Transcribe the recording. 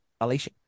Alicia